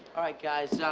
alright guys,